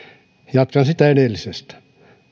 jatkan siitä edellisestä